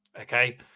Okay